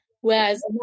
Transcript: Whereas